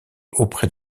auprès